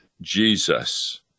jesus